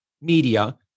media